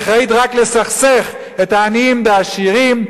היא אחראית רק לסכסך את העניים בעשירים,